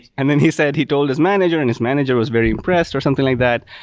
and then he said he told his manager, and his manager was very impressed or something like that.